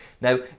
Now